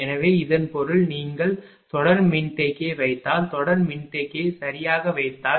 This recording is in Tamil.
எனவே இதன் பொருள் நீங்கள் தொடர் மின்தேக்கியை வைத்தால் தொடர் மின்தேக்கியை சரியாக வைத்தால்